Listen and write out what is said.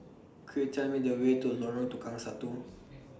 Could YOU Tell Me The Way to Lorong Tukang Satu